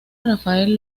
rafael